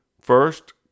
First